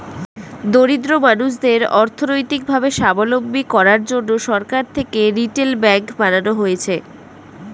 দরিদ্র মানুষদের অর্থনৈতিক ভাবে সাবলম্বী করার জন্যে সরকার থেকে রিটেল ব্যাঙ্ক বানানো হয়েছে